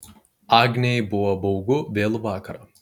agnei buvo baugu vėlų vakarą